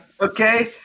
okay